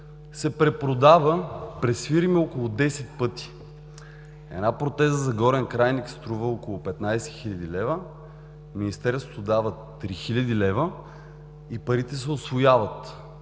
се препродава през фирми около десет пъти. Една протеза за горен крайник струва около 15 хил. лв., Министерството дава 3 хил. лв. и парите се усвояват.